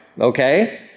Okay